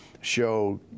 show